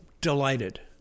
delighted